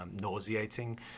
nauseating